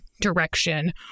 direction